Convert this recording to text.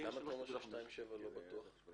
למה אתה אומר שה-2.7 לא בטוח?